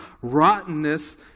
Rottenness